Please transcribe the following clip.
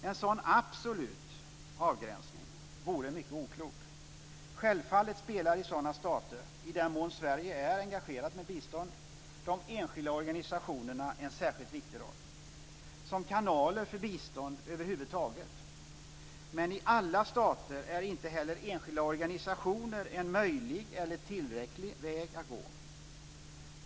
En sådan absolut avgränsning vore mycket oklok. Självfallet spelar i sådana stater - i den mån Sverige är engagerat i bistånd - de enskilda organisationerna en särskilt viktig roll som kanaler för bistånd över huvud taget. Men i alla stater är inte heller enskilda organisationer en möjlig eller tillräcklig väg att gå.